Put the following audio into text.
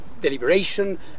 deliberation